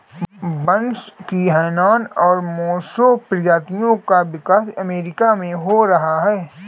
बांस की हैनान और मोसो प्रजातियों का विकास अमेरिका में हो रहा है